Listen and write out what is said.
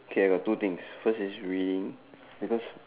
K we got two things first we because